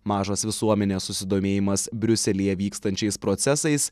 mažas visuomenės susidomėjimas briuselyje vykstančiais procesais